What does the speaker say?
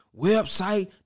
Website